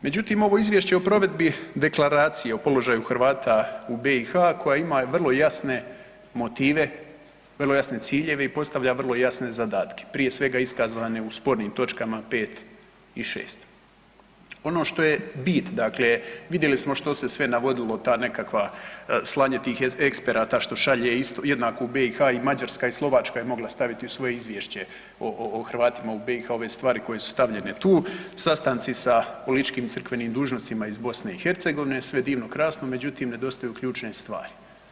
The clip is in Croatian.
Međutim, ovo izvješće o provedbi deklaracije o položaju Hrvata u BiH koja ima vrlo jasne motive, vrlo jasne ciljeve i postavlja vrlo jasne zadatke prije svega iskazane u spornim točkama 5 i 6. Ono što je bit dakle, vidjeli smo što se sve navodilo ta nekakva slanje tih eksperata što šalje jednako u BiH i Mađarska i Slovačka je mogla staviti u svoje izvješće o Hrvatima u BiH ove stvari koje su stavljene tu, sastanci sa političkim crkvenih dužnosnicima iz BiH sve divno krasno, međutim nedostaju ključne stvari.